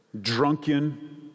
Drunken